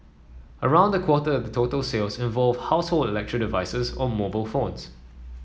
around a quarter the total sales involved household electric devices or mobile phones